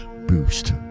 boost